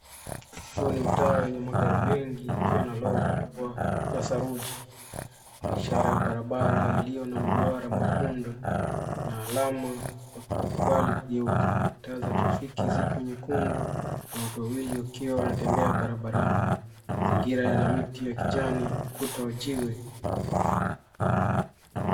Huu ni mtaa wenye magari mengi ikiwa na lori kubwa la saruji na ishara ya barabara ilio na mduara mwekundu na alama ya kutokubali kugeuka taa za trafiki ziko nyekundu na watu wawili wakiwa wanatembea barabarani mazingira yanamiti ya kijani ukuta wa jiwe.